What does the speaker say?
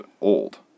old